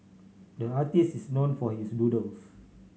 the artist is known for his doodles